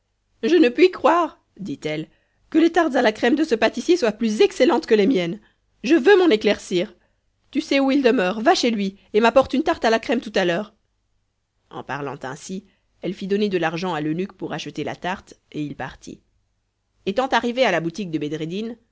je ne puis croire dit-elle que les tartes à la crème de ce pâtissier soient plus excellentes que les miennes je veux m'en éclaircir tu sais où il demeure va chez lui et m'apporte une tarte à la crème tout à l'heure en parlant ainsi elle fit donner de l'argent à l'eunuque pour acheter la tarte et il partit étant arrivé à la boutique de